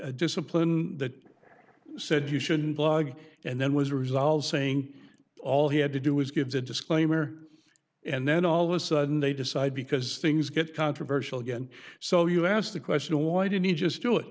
a discipline that said you shouldn't blog and then was resolved saying all he had to do is gives a disclaimer and then all the sudden they decide because things get controversial again so you ask the question why didn't he just do it